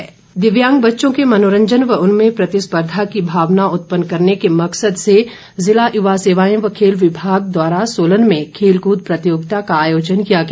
दिव्यांग दिव्यांग बच्चों के मनोरंजन व उनमें प्रतिस्पर्धा की भावना उत्पन्न करने के मकसद से जिला युवा सेवाएं एवं खेल विभाग द्वारा सोलन में खेलकूद प्रतियोगिता का आयोजन किया गया